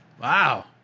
Wow